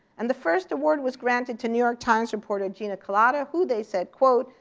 and the first award was granted to new york times reporter gina kolata who they said, quote,